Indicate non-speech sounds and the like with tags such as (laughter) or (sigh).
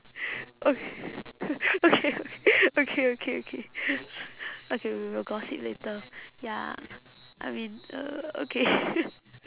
ok~ okay okay okay okay okay (noise) okay we will gossip later ya I mean uh okay (noise)